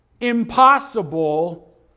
impossible